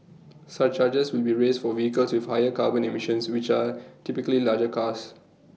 surcharges will be raised for vehicles with higher carbon emissions which are typically larger cars